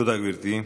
תודה, גברתי.